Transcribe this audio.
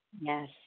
Yes